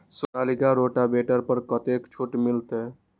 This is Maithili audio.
सोनालिका रोटावेटर पर कतेक छूट मिलते?